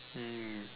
mm